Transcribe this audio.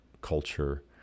culture